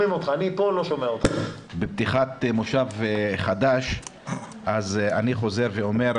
בפתיחת מושב חדש אני חוזר ואומר,